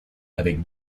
avec